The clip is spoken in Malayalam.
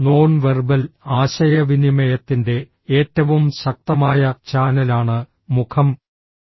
നോൺ വെർബൽ ആശയവിനിമയത്തിന്റെ ഏറ്റവും ശക്തമായ ചാനലാണ് മുഖം